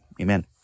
amen